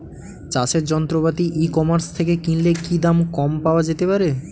চাষের যন্ত্রপাতি e commerce থেকে কিনলে কি দাম কম পাওয়া যেতে পারে?